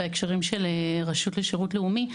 בהקשר של הרשות לשירות לאומי,